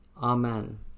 Amen